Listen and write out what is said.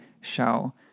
show